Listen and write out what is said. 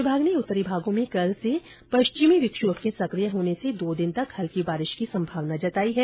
मौसम विभाग ने उत्तरी भागों में कल से एक पश्चिमी विक्षोभ के सकिय होने से दो दिन तक हल्की बारिश की संभावना जताई है